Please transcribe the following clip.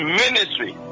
ministry